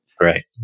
right